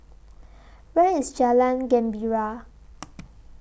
Where IS Jalan Gembira